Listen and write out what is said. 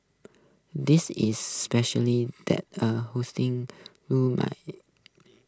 this is specially that A housing